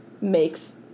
makes